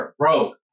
broke